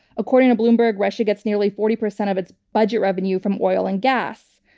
according to bloomberg, russia gets nearly forty percent of its budget revenue from oil and gas.